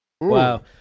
Wow